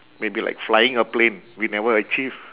maybe like flying a plane we never achieve